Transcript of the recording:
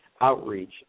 outreach